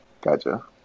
Gotcha